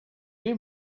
you